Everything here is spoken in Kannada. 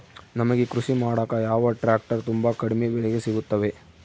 ನಮಗೆ ಕೃಷಿ ಮಾಡಾಕ ಯಾವ ಟ್ರ್ಯಾಕ್ಟರ್ ತುಂಬಾ ಕಡಿಮೆ ಬೆಲೆಗೆ ಸಿಗುತ್ತವೆ?